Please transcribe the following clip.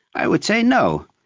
i would say no,